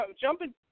jumping –